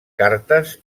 cartes